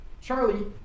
Charlie